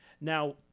Now